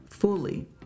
Fully